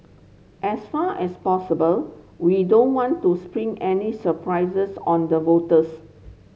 as far as possible we don't want to spring any surprises on the voters